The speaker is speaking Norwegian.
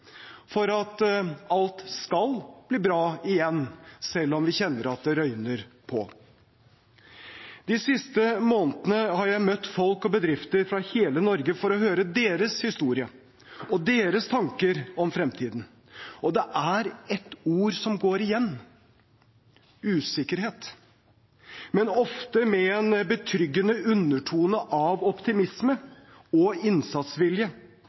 for at alt skal bli bra igjen – selv om vi kjenner at det røyner på. De siste månedene har jeg møtt folk og bedrifter fra hele Norge for å høre deres historier og deres tanker om fremtiden. Det er ett ord som går igjen: usikkerhet. Men det er ofte med en betryggende undertone av optimisme og innsatsvilje